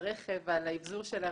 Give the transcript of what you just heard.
רכב ועל האבזור של הרכב.